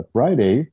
Friday